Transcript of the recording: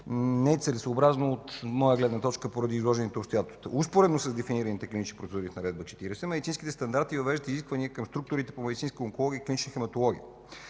е целесъобразно от моя гледна точка поради изложените обстоятелства. Успоредно с дефинираните клинични процедури в Наредба № 40, медицинските стандарти въвеждат изисквания към структурите по медицинска онкология и клинична хематология